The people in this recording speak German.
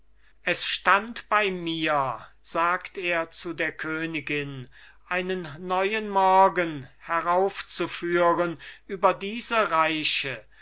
es hätte bei mir gestanden einen neuen morgen heraufzuführen über diese reiche